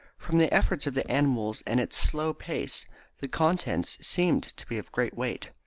from the efforts of the animals and its slow pace the contents seemed to be of great weight.